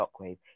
shockwave